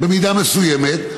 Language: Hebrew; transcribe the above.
במידה מסוימת.